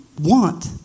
want